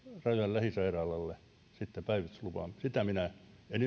lähisairaalalle sitä minä en